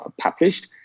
published